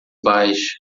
baixa